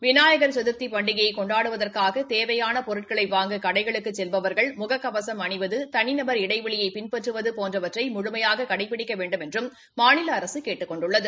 விநாயகர் சதர்த்தி பண்டிகையை கொண்டாடுவதற்காக தேவையான பொருட்களை வாங்க கடைகளுக்குச் செல்பவர்கள் முக கவசம் அணிவது தனிநபர் இடைவெளியை பின்பற்றுவது போன்றவற்றை முழுமையாக கடைபிடிக்க வேண்டுமென்றும் மாநில அரசு கேட்டுக் கொண்டுள்ளது